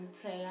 prayer